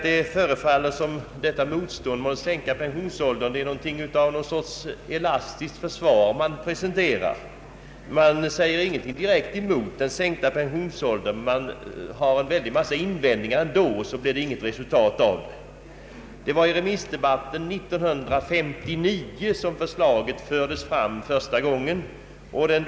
Det förefaller som om motståndet mot att sänka pensionsåldern är ett slags elastiskt försvar. Man säger ingenting direkt emot den sänkta pensionsåldern, men man har ändå en massa invändningar, och så blir det inget resultat. Det var i remissdebatten år 1959 som förslaget fördes fram första gången.